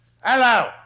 Hello